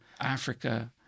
Africa